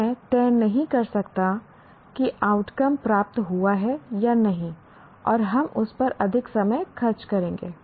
मैं तय नहीं कर सकता कि आउटकम प्राप्त हुआ है या नहीं और हम उस पर अधिक समय खर्च करेंगे